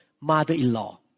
mother-in-law